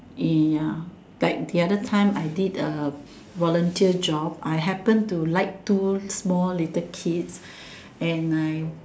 ya like the other time I did a volunteer job I happen to like two small little kids and I